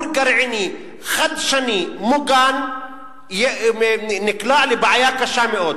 גרעיני חדשני מוגן נקלע לבעיה קשה מאוד.